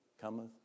cometh